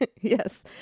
Yes